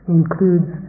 includes